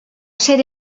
ser